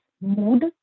mood